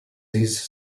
his